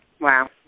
Wow